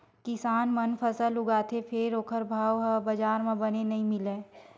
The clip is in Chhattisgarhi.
किसान मन फसल उगाथे फेर ओखर भाव ह बजार म बने नइ मिलय